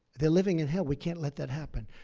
they're living in hell. we can't let that happen.